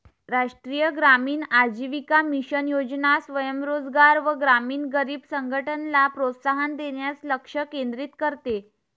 राष्ट्रीय ग्रामीण आजीविका मिशन योजना स्वयं रोजगार व ग्रामीण गरीब संघटनला प्रोत्साहन देण्यास लक्ष केंद्रित करते